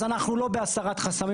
אז אנחנו לא בהסרת חסמים,